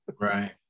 Right